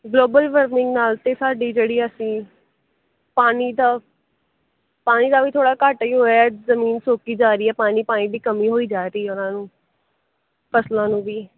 global warming ਨਾਲ ਤਾਂ ਸਾਡੀ ਜਿਹੜੀ ਅਸੀਂ ਪਾਣੀ ਤਾਂ ਪਾਣੀ ਦਾ ਵੀ ਥੋੜ੍ਹਾ ਘਾਟਾ ਹੀ ਹੋਇਆ ਜਮੀਨ ਸੁੱਕੀ ਜਾ ਰਹੀ ਹੈ ਪਾਣੀ ਪਾਣੀ ਦੀ ਕਮੀ ਹੋਈ ਜਾ ਰਹੀ ਆ ਉਹਨਾਂ ਨੂੰ ਫ਼ਸਲਾਂ ਨੂੰ ਵੀ